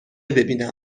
ببینم